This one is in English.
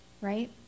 right